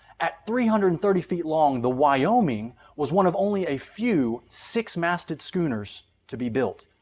at three hundred and thirty feet long, the wyoming was one of only a few six-masted schooners to be built.